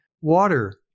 water